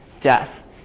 death